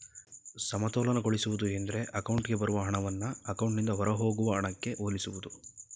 ಸಮತೋಲನಗೊಳಿಸುವುದು ಎಂದ್ರೆ ಅಕೌಂಟ್ಗೆ ಬರುವ ಹಣವನ್ನ ಅಕೌಂಟ್ನಿಂದ ಹೊರಹೋಗುವ ಹಣಕ್ಕೆ ಹೋಲಿಸುವುದು